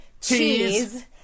Cheese